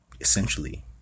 essentially